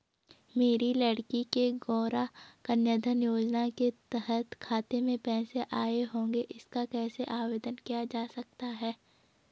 मेरी लड़की के गौंरा कन्याधन योजना के तहत खाते में पैसे आए होंगे इसका कैसे आवेदन किया जा सकता है?